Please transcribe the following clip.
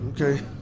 okay